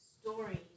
stories